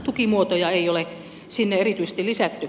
tukimuotoja ei ole sinne erityisesti lisätty